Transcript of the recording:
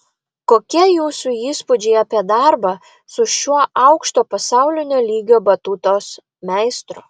kokie jūsų įspūdžiai apie darbą su šiuo aukšto pasaulinio lygio batutos meistru